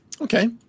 Okay